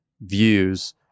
views